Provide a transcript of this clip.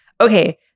okay